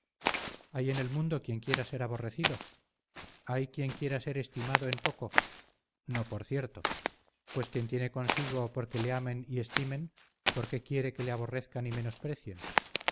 hay en el mundo quien quiera ser aborrecido hay quien quiera ser estimado en poco no por cierto pues quien tiene consigo porque le amen y estimen por qué quiere que le aborrezcan y menosprecien